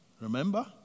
Remember